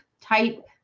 type